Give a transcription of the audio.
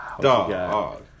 dog